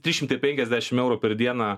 trys šimtai penkiasdešim eurų per dieną